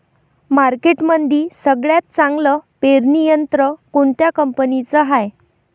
मार्केटमंदी सगळ्यात चांगलं पेरणी यंत्र कोनत्या कंपनीचं हाये?